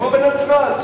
כמו בנצרת.